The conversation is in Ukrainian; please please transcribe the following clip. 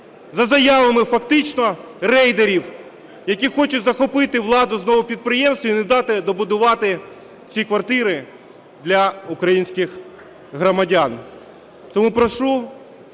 за заявами фактично рейдерів, які хочуть захопити владу знову в підприємстві і не дати добудувати ці квартири для українських громадян. Тому прошу